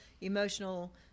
emotional